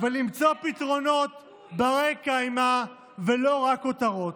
ולמצוא פתרונות בני-קיימא ולא רק כותרות.